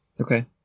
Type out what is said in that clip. Okay